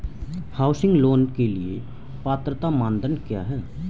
Housing loan के लिए पात्रता मानदंड क्या हैं?